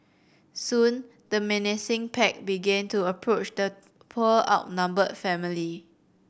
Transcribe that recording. soon the menacing pack began to approach the poor outnumbered family